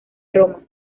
roma